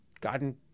gotten